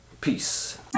Peace